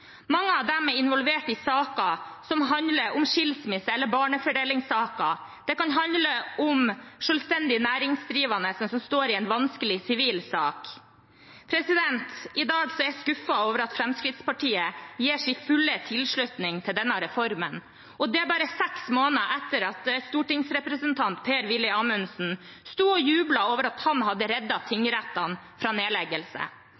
Mange av dem er involvert i saker som handler om skilsmisse eller barnefordelingssaker. Det kan handle om selvstendig næringsdrivende som står i en vanskelig sivil sak. I dag er jeg skuffet over at Fremskrittspartiet gir sin fulle tilslutning til denne reformen, og det bare seks måneder etter at stortingsrepresentant Per-Willy Amundsen sto og jublet over at han hadde